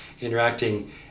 interacting